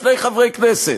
שני חברי כנסת,